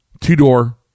Two-door